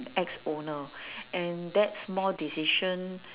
ex-owner and that small decision